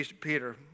Peter